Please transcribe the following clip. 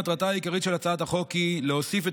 מטרתה העיקרית של הצעת החוק היא להוסיף את